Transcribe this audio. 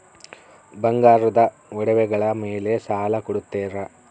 ಬಂಗಾರದ ಒಡವೆಗಳ ಮೇಲೆ ಸಾಲ ಕೊಡುತ್ತೇರಾ?